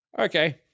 okay